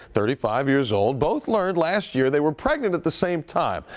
thirty five years old, both learned last year they were pregnant at the same time.